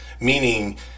Meaning